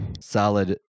solid